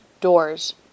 doors